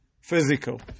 physical